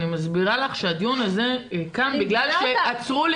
אני מסבירה לך שהדיון הזה קם בגלל שעצרו לי